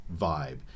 vibe